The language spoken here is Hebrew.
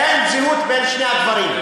אין זהות בין שני הדברים.